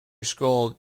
school